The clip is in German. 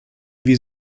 wir